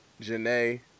Janae